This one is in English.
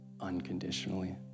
unconditionally